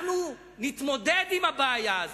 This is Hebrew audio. אנחנו נתמודד עם הבעיה הזו,